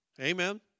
Amen